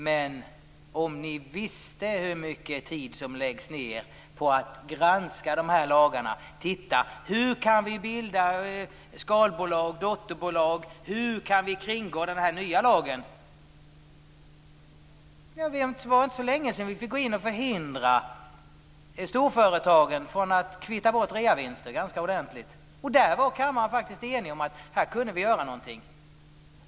Men om ni visste hur mycket tid som läggs ned på att granska dessa lagar för att utröna hur man kan bilda skalbolag och dotterbolag och hur man kan kringgå den nya lagen. Det var inte så längesedan som vi fick gå in för att förhindra storföretagen att kvitta bort reavinster. Där kan vi faktiskt vara eniga om att vi kunde åstadkomma någonting.